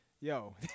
yo